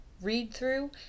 read-through